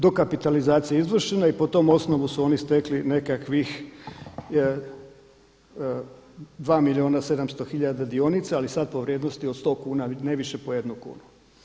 Dokapitalizacije je izvršena i po tom osnovu su oni stekli nekakvih 2 milijuna 700 hiljada dionica, ali sad po vrijednosti od sto kuna, ne više po jednu kunu.